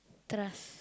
trust